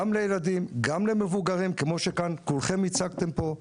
גם לילדים, גם למבוגרים, כמו שכולכם הצגתם פה,